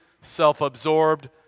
self-absorbed